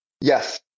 yes